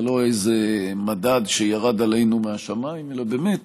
זה לא איזה מדד שירד עלינו מהשמיים אלא באמת